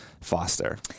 Foster